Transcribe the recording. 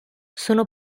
sono